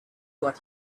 what